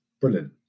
Brilliant